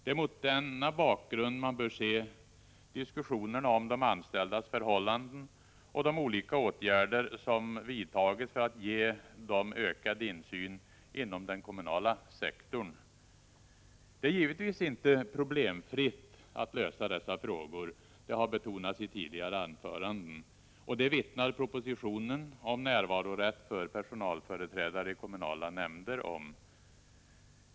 Det är mot denna bakgrund man bör se diskussionerna om de anställdas förhållanden och de olika åtgärder som vidtagits för att ge dem ökad insyn inom den kommunala sektorn. Det är givetvis inte problemfritt att lösa dessa frågor. Det har betonats i tidigare anföranden. Det vittnar propositionen om närvarorätt för personalföreträdare i kommunala nämnder om.